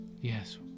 Yes